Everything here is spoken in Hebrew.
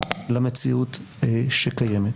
למציאות שקיימת.